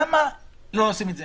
למה לא עושים את זה?